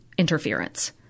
Interference